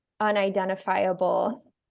unidentifiable